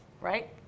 right